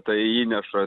tai įneša